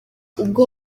ubwo